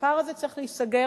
הפער הזה צריך להיסגר.